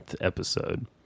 episode